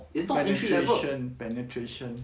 penetration penetration